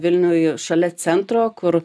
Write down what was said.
vilniuj šalia centro kur